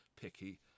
picky